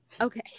Okay